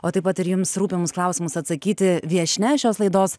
o taip pat ir jums rūpimus klausimus atsakyti viešnia šios laidos